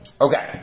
Okay